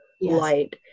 light